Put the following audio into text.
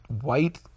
white